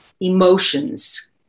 emotions